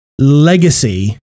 legacy